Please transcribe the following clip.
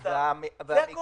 האוצר לשר הפנים, זה הכול.